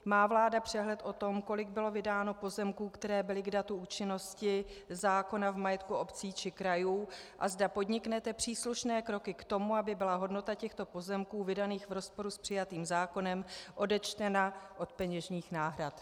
Má vláda přehled o tom, kolik bylo vydáno pozemků, které byly k datu účinnosti zákona v majetku obcí či krajů, a zda podniknete příslušné kroky k tomu, aby byla hodnota těchto pozemků vydaných v rozporu s přijatým zákonem odečtena od peněžních náhrad?